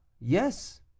yes